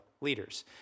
leaders